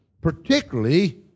particularly